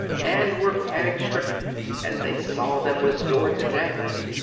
and were panic-stricken as they saw them with swords and daggers.